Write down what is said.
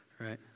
right